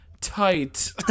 Tight